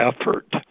effort